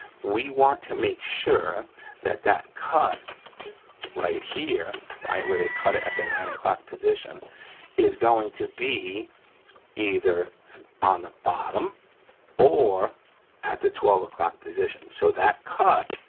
we want to make sure that that cut right here, right where they cut it at the nine o'clock position is going to be either on the bottom or at the twelve o'clock position so that cut,